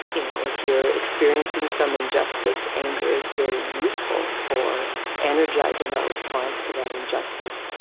you know, if you are experiencing some injustice, anger is very useful for energising our response to that injustice.